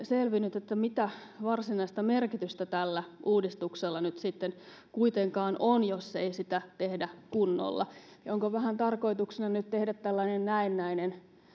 selvinnyt mitä varsinaista merkitystä tällä uudistuksella nyt sitten kuitenkaan on jos ei sitä tehdä kunnolla onko vähän tarkoituksena nyt tehdä tällainen näennäinen